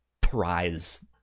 prize